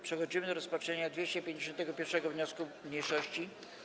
Przechodzimy do rozpatrzenia 251. wniosku mniejszości.